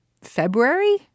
February